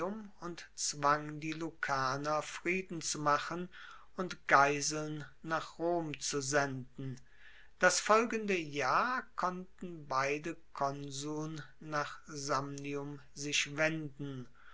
und zwang die lucaner frieden zu machen und geiseln nach rom zu senden das folgende jahr konnten beide konsuln nach samnium sich wenden